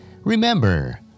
Remember